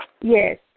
Yes